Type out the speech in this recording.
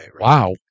wow